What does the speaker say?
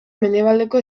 mendebaldeko